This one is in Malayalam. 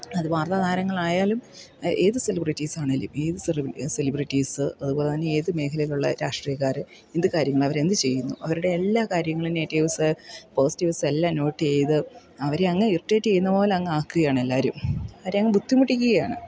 അത് വാർത്ത താരങ്ങളായാലും ഏത് സെലിബ്രിറ്റീസ്സാണെങ്കിലും ഏത് സെലിബ്രിറ്റീസ് അതുപോലെതന്നെ ഏതു മേഘലയിലുള്ള രാഷ്ട്രീയക്കാർ എന്തു കാര്യങ്ങൾ അവരെന്തു ചെയ്യുന്നു അവരടെ എല്ലാ കാര്യങ്ങളും നെഗറ്റീവ്സ് പോസിറ്റീവ്സ്സെല്ലാം നോട്ട് ചെയ്ത് അവരെയങ്ങ് ഇറിറ്റേറ്റ് ചെയ്യുന്ന പോലെയങ്ങ് ആക്കുകയാണ് എല്ലാവരും അവരെയങ്ങ് ബുദ്ധിമുട്ടിയ്ക്കുകയാണ്